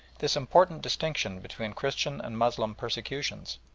this important distinction between christian and moslem persecutions,